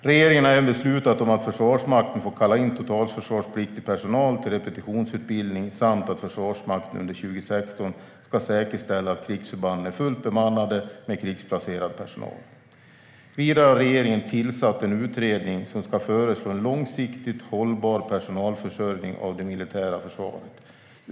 Regeringen har även beslutat om att Försvarsmakten får kalla in totalförsvarspliktig personal till repetitionsutbildning samt att Försvarsmakten under 2016 ska säkerställa att krigsförbanden är fullt bemannade med krigsplacerad personal. Vidare har regeringen tillsatt en utredning som ska föreslå en långsiktigt hållbar personalförsörjning av det militära försvaret.